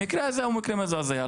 המקרה הזה הוא מקרה מזעזע,